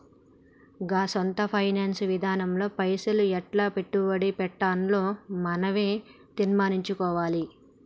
గా సొంత ఫైనాన్స్ ఇదానంలో పైసలు ఎట్లా పెట్టుబడి పెట్టాల్నో మనవే తీర్మనించుకోవాల